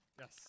Yes